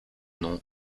nom